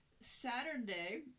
Saturday